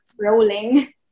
rolling